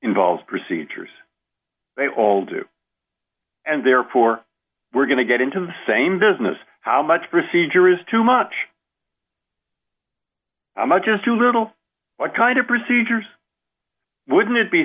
involves procedures they all do and therefore we're going to get into the same business how much procedure is too much i'm just too little what kind of procedures wouldn't it be